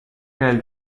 nel